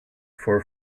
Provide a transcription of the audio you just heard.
for